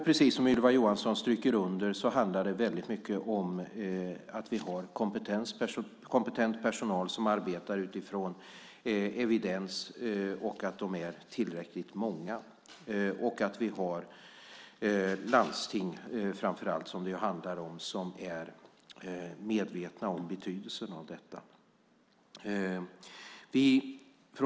Precis som Ylva Johansson stryker under handlar det väldigt mycket om att vi har kompetent personal som arbetar utifrån evidens, att de är tillräckligt många och att vi har landsting - som det framför allt handlar om - som är medvetna om betydelsen av detta.